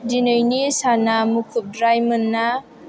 दिनैनि साना मुखुबद्रायमोन ना